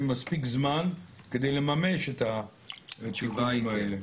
מספיק זמן כדי לממש את השינויים האלה.